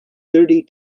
thirty